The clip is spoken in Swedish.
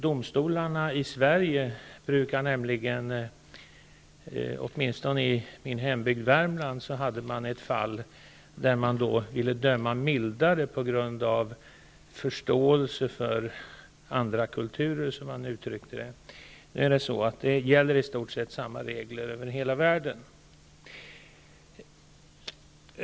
Domstolen i min hembygd Värmland hade ett fall där man ville döma mildare på grund av förståelse för andra kulturer, som man uttryckte det. Samma regler gäller i stort sett över hela världen.